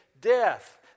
death